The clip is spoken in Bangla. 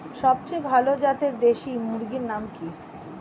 সবচেয়ে ভালো জাতের দেশি মুরগির নাম কি?